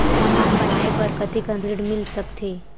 मकान बनाये बर कतेकन ऋण मिल सकथे?